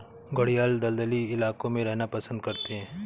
घड़ियाल दलदली इलाकों में रहना पसंद करते हैं